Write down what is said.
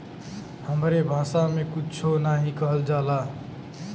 हमरे भासा मे कुच्छो नाहीं कहल जाला